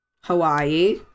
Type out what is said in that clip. Hawaii